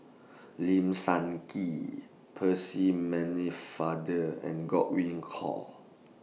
Lim Sun Gee Percy Many Father and Godwin Koay